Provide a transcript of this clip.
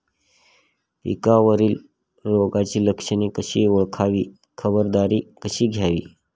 पिकावरील रोगाची लक्षणे कशी ओळखावी, खबरदारी कशी घ्यावी?